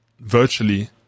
virtually